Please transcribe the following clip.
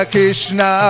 Krishna